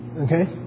okay